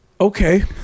Okay